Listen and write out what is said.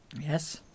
Yes